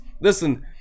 listen